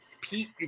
Pete